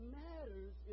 matters